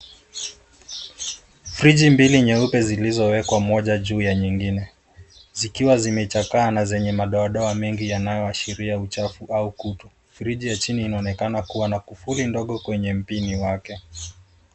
Friji mbili nyeupe zilizowekwa moja juu ya nyingine. Zikiwa zimechakaa na zenye madoadoa mengi yanayoashiria uchafu au kutu. Friji ya chini inaonekana kuwa na kufuli ndogo kwenye mpini wake.